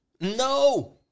No